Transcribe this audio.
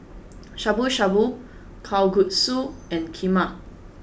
Shabu Shabu Kalguksu and Kheema